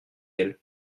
elles